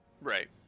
Right